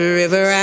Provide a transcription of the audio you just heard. river